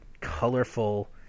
colorful